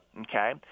okay